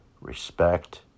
respect